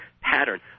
pattern